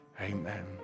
Amen